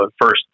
first